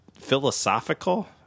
philosophical